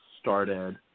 started